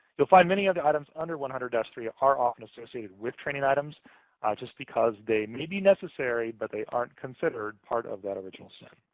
you'll find many of the items under one hundred three are often associated with training items just because they may be necessary, but they aren't considered part of that original sin.